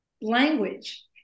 language